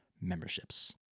memberships